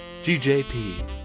GJP